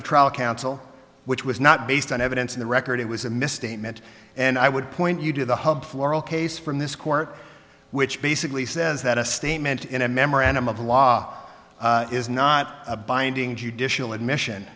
of trial counsel which was not based on evidence in the record it was a misstatement and i would point you to the hub floral case from this court which basically says that a statement in a memorandum of law is not a binding judicial admission